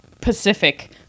Pacific